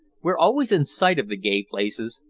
we're always in sight of the gay places,